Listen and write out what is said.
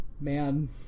man